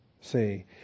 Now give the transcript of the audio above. See